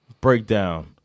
breakdown